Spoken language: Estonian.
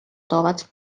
toovad